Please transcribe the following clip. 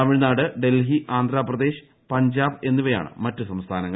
തമിഴ്നാട് ഡൽഹി ആന്ധ്രപ്രദേശ് പഞ്ചാബ് എന്നിവയാണ് മറ്റ് സംസ്ഥാനങ്ങൾ